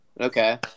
okay